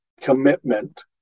commitment